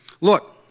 look